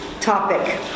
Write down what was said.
topic